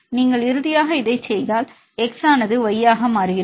நீங்கள் இறுதியாக இதை செய்தால் x ஆனது y ஆக மாறுகிறது